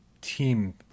team